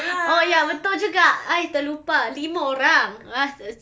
oh ya betul juga I terlupa lima orang ugh st~